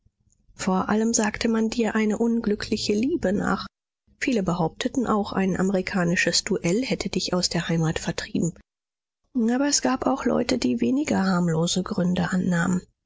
vor allem sagte man dir eine unglückliche liebe nach viele behaupteten auch ein amerikanisches duell hätte dich aus der heimat vertrieben aber es gab auch leute die weniger harmlose gründe annahmen